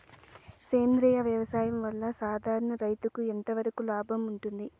సేంద్రియ వ్యవసాయం వల్ల, సాధారణ రైతుకు ఎంతవరకు లాభంగా ఉంటుంది?